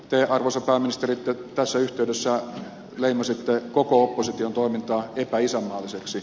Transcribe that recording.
te arvoisa pääministeri tässä yhteydessä leimasitte koko opposition toimintaa epäisänmaalliseksi